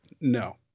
No